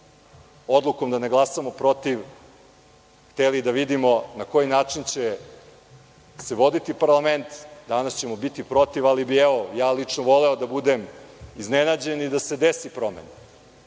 odlukom da ne glasamo protiv hteli da vidimo na koji način će se voditi parlament, danas ćemo biti protiv, ali bih ja lično voleo da budem iznenađen i da se desi promena,